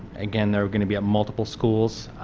again they are going to be multiple schools,